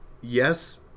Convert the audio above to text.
yes